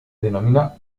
denomina